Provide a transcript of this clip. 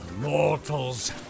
Mortals